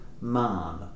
man